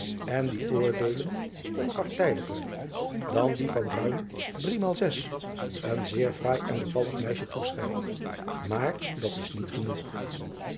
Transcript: en die oordeelen onpartijdiger dan die van ruim driemaal zes een zeer fraai en bevallig meisje toeschijnt aar dat is niet genoeg